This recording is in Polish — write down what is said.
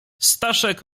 staszek